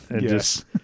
Yes